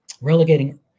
Relegating